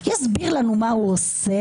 יסביר לנו מה הוא עושה,